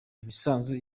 imisanzu